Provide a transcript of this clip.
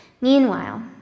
Meanwhile